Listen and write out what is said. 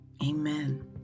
Amen